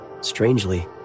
Strangely